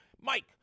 Mike